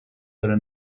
delle